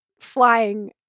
flying